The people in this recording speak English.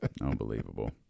unbelievable